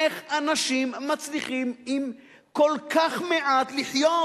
איך אנשים מצליחים עם כל כך מעט לחיות.